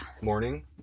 morning